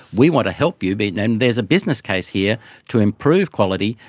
we want to help you but and and there's a business case here to improve quality,